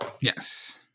yes